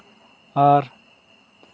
ᱟᱨ